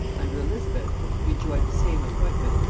under elizabeth he enjoyed the same appointment,